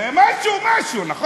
זה משהו-משהו, נכון?